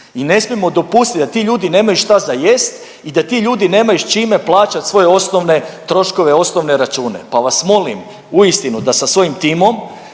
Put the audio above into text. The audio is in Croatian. I ne smijemo dopustiti da ti ljudi nemaju šta za jesti i da ti ljudi nemaju s čime plaćati svoje osnovne troškove, osnovne račune pa vas molim uistinu da sa svojim timom